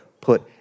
put